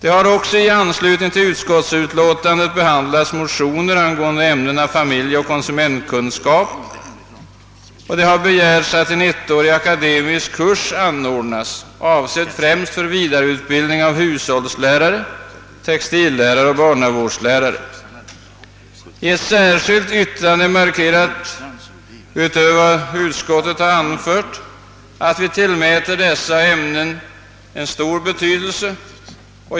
I anslutning till utskottsutlåtandet har också behandlats motioner angående ämnena familjeoch konsumentkunskap, vari yrkas att en ettårig akademisk kurs anordnas, avsedd främst för vidareutbildning av hushållslärare, textillärare och barnavårdslärare. Genom ett särskilt yttrande utöver vad utskottet anfört markeras att vi tillmäter dessa ämnen stor betydelse.